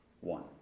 one